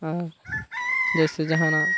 ᱟᱨ ᱡᱮᱭᱥᱮ ᱡᱟᱦᱟᱱᱟᱜ